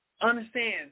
Understand